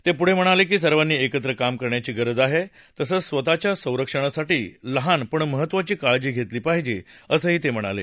ते पुढे म्हणाले की सर्वांनी एकत्र काम करण्याची गरज आहे तसंच स्वतःच्या संरक्षणासाठी लहान पणमहत्वाची काळजी घेतली पाहिजे असंही मोदी म्हणाले